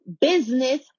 business